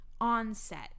onset